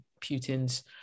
Putin's